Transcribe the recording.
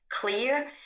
clear